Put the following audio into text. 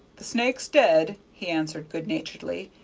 the snake's dead, he answered good-naturedly.